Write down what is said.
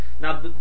Now